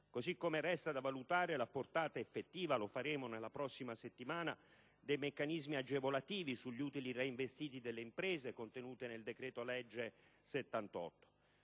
Così come resta da valutare la portata effettiva - lo faremo nella prossima settimana - dei meccanismi agevolativi sugli utili reinvestiti dalle imprese, contenuti nel decreto-legge n.